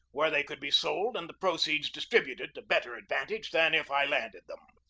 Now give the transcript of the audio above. where they could be sold and the proceeds distributed to better advantage than if i landed them.